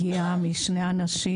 הגיעה משני אנשים,